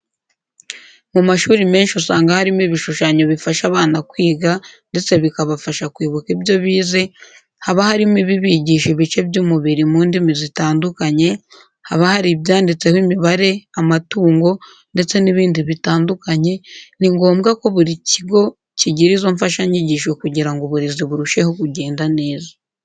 Mu mashuri menshi usanga harimo ibishushanyo bifasha abana kwiga ndetse bikabafasha kwibuka ibyo bize, haba harimo ibibigisha ibice by'umubiri mu ndimi zitandukanye, haba hari ibyanditseho imibare, amatungo ndetse n'ibindi bitandukanye, ni ngombwa ko buri kigo kigira izo mfashanyigisho kugira ngo uburezi burusheho kugenda neza.